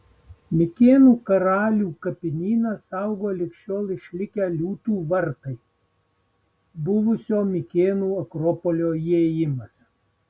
mikėnų karalių kapinyną saugo lig šiol išlikę liūtų vartai buvusio mikėnų akropolio įėjimas